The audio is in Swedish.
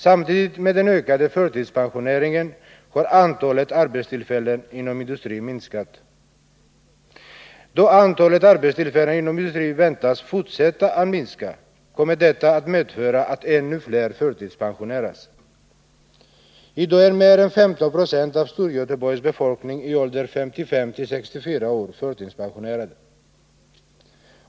Samtidigt med den ökade förtidspensioneringen har antalet arbetstillfällen inom industrin minskat. Då dessa väntas fortsätta att minska, kommer det att medföra att ännu flera förtidspensioneras. I dag är mer än 15 90 av Storgöteborgs befolkning i åldern 55-64 år förtidspensionerade.